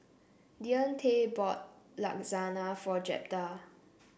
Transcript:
Deante bought Lasagna for Jeptha